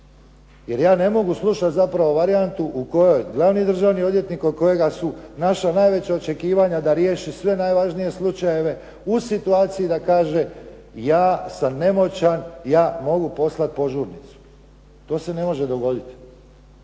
Jer ja ne mogu slušati zapravo varijantu u kojoj glavni državni odvjetnik od kojega su naša najveća očekivanja da riješi sve najvažnije slučajeve u situaciji da kaže ja sam nemoćan, ja mogu poslati požurnicu. To se ne može dogoditi.